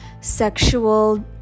sexual